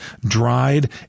dried